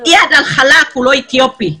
הוא לא אתיופי.